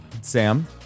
Sam